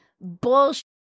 bullshit